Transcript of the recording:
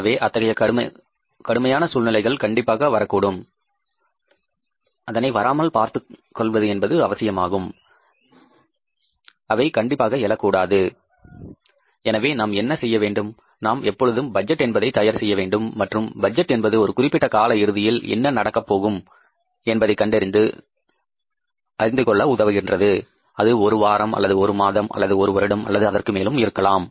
எனவே அத்தகைய கடினமான சூழ்நிலைகள் கண்டிப்பாக வரக்கூடாது கண்டிப்பாக எழக்கூடாது எனவே நாம் என்ன செய்ய வேண்டும் நாம் எப்பொழுதும் பட்ஜெட் என்பதை தயார் செய்ய வேண்டும் மற்றும் பட்ஜெட் என்பது ஒரு குறிப்பிட்ட கால இறுதியில் என்ன நடக்கப் போகும் என்பதை கண்டறிந்து கொள்ள உதவுகின்றது அது ஒரு வாரம் அல்லது ஒரு மாதம் அல்லது ஒரு வருடம் அல்லது அதற்கு மேலும் இருக்கலாம்